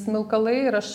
smilkalai ir aš